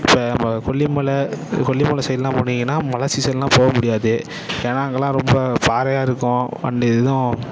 இப்போ நம்ப கொல்லிமலை கொல்லிமலை சைடெலாம் போனீங்கன்னால் மழை சீசனெல்லாம் போக முடியாது ஏன்னால் அங்கெலாம் ரொம்ப பாறையாக இருக்கும் வண்டி எதுவும்